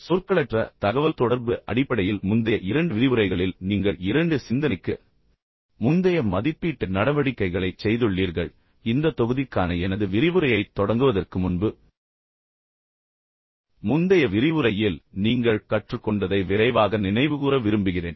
சொற்களற்ற தகவல்தொடர்பு அடிப்படையில் முந்தைய இரண்டு விரிவுரைகளில் நீங்கள் இரண்டு சிந்தனைக்கு முந்தைய மதிப்பீட்டு நடவடிக்கைகளைச் செய்துள்ளீர்கள் இந்த தொகுதிக்கான எனது விரிவுரையைத் தொடங்குவதற்கு முன்பு முந்தைய விரிவுரையில் நீங்கள் கற்றுக்கொண்டதை விரைவாக நினைவுகூர விரும்புகிறேன்